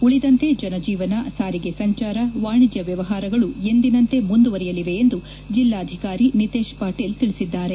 ಉಳಿದಂತೆ ಜನಜೀವನ ಸಾರಿಗೆ ಸಂಚಾರ ವಾಣಿಜ್ಯ ವ್ಯವಹಾರಗಳು ಎಂದಿನಂತೆ ಮುಂದುವರೆಯಲಿವೆ ಎಂದು ಜಿಲ್ಲಾಧಿಕಾರಿ ನಿತೇಶ್ ಪಾಟೀಲ್ ತಿಳಿಸಿದ್ದಾರೆ